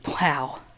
Wow